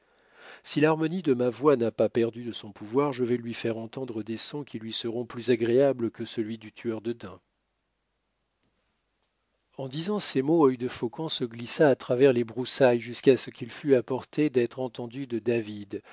si l'harmonie de ma voix n'a pas perdu son pouvoir je vais lui faire entendre des sons qui lui seront plus agréables que celui du tueur de daims en disant ces mots œil de faucon se glissa à travers les broussailles jusqu'à ce qu'il fût à portée d'être entendu de david